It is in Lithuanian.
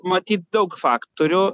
matyt daug faktorių